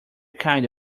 kind